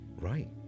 right